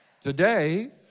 Today